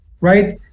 right